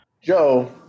Joe